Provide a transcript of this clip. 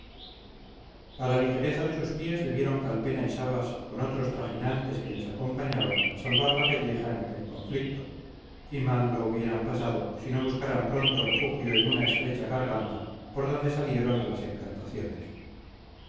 a la ligereza de sus pies debieron calpena y sabas con otros trajinantes que les acompañaban salvar la pelleja en aquel conflicto y mal lo hubieran pasado si no buscaran pronto refugio en una estrecha garganta por donde salieron a las encartaciones